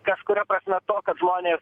kažkuria prasme to kad žmonės